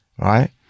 right